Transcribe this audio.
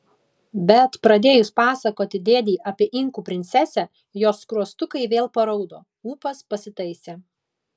bet pradėjus pasakoti dėdei apie inkų princesę jos skruostukai vėl paraudo ūpas pasitaisė